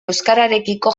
euskararekiko